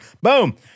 Boom